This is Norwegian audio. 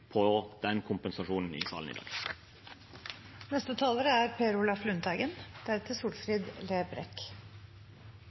på den kompensasjonen i salen i